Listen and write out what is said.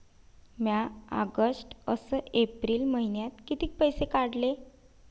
म्या ऑगस्ट अस एप्रिल मइन्यात कितीक पैसे काढले?